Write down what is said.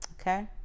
okay